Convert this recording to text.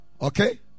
Okay